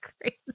crazy